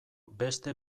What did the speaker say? beste